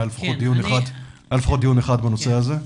היה לפחות דיון אחד בנושא הזה.